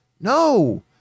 No